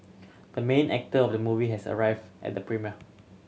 the main actor of the movie has arrive at the premiere